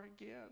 again